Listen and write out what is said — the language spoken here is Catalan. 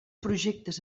projectes